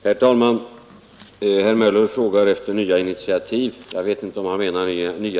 Herr talman! Herr Möller frågade efter nya initiativ.